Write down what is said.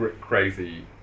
crazy